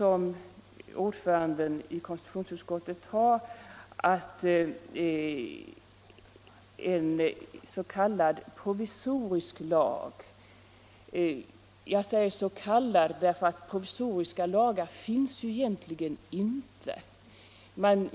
Ordföranden i konstitutionsutskottet talade om en s.k. provisorisk lag —- jag säger så kallad, eftersom provisoriska lagar egentligen inte finns.